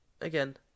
Again